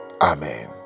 Amen